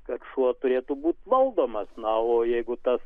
kad šuo turėtų būti valdomas na o jeigu tas